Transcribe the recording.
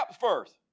first